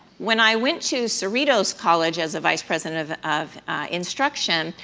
when i went to cerritos college as a vice president of of instruction,